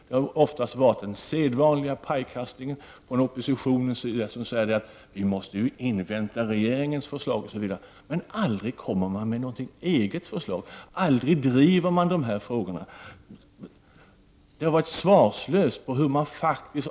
Det har mest varit den sedvanliga pajkastningen från oppositionen. Man har sagt att vi måste invänta regeringens förslag. Men aldrig kommer man med egna förslag! Aldrig driver man dessa frågor. Man har inte haft några svar på hur man faktiskt...